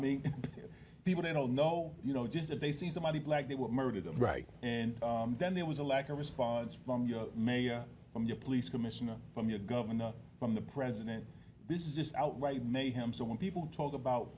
mean people they don't know you know just that they see somebody black they would murder them right then there was a lack of response from you may from your police commissioner from your governor from the president this is just outright made him so when people talk about